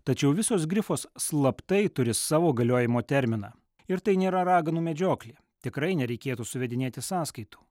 tačiau visos grifos slaptai turi savo galiojimo terminą ir tai nėra raganų medžioklė tikrai nereikėtų suvedinėti sąskaitų